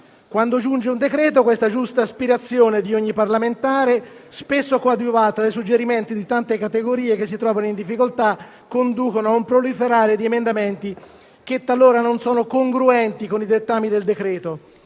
Quando giunge un decreto-legge, questa giusta aspirazione di ogni parlamentare, spesso coadiuvata dai suggerimenti di tante categorie che si trovano in difficoltà, conduce a un proliferare di emendamenti talora non congruenti con i dettami del